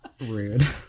rude